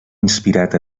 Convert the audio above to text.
inspirat